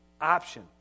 option